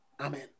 Amen